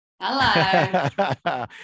hello